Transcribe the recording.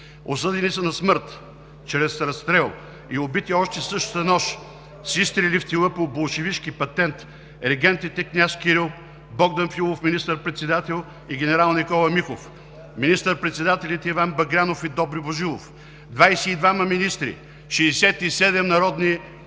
Осъдени са на смърт чрез разстрел и убити още същата нощ с изстрели в тила по болшевишки патент – регентите княз Кирил, Богдан Филов – министър-председател, и генерал Никола Михов, министър-председателите Иван Багрянов и Добри Божилов, 22 министри, 67 народни